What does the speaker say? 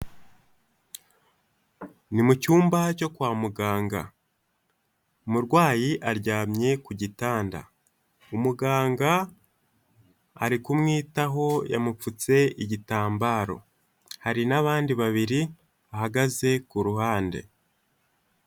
Ni mu cyumba cyo kwa muganga. Umurwayi aryamye ku gitanda. Umuganga ari kumwitaho, yamupfutse igitambaro. Hari n'abandi babiri, bahagaze ku ruhande.